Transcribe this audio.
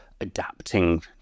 adapting